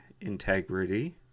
Integrity